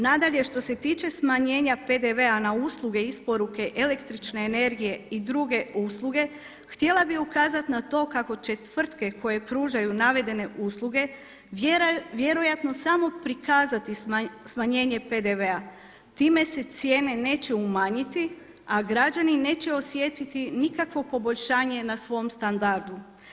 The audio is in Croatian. Nadalje, što se tiče smanjenja PDV-a na usluge isporuke električne energije i druge usluge, htjela bih ukazati na to kako će tvrtke koje pružaju navedene usluge vjerojatno samo prikazati smanjenje PDV-a. time se cijene neće umanjiti, a građani neće osjetiti nikakvo poboljšanje na svom standardu.